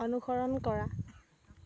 অনুসৰণ কৰা